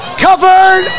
Covered